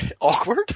Awkward